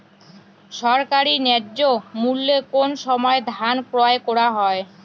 সরকারি ন্যায্য মূল্যে কোন সময় ধান ক্রয় করা হয়?